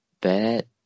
Bad